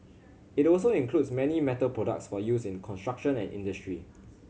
it also includes many metal products for use in construction and industry